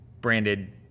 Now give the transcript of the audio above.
branded